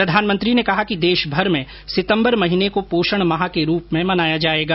प्रधानमंत्री ने कहा कि देशभर में सितंबर महीने को पोषण माह के रूप में मनाया जाएगा